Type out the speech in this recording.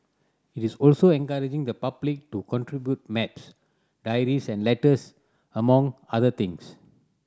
it is also encouraging the public to contribute maps diaries and letters among other things